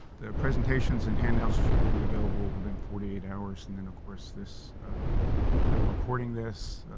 the presentations and handouts will be available within forty eight hours and then of course this we're recording this,